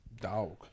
Dog